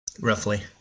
Roughly